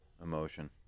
emotion